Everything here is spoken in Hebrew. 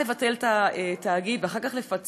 למה לבטל את התאגיד ואחר כך לפצל,